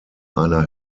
einer